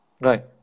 Right